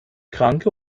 kranke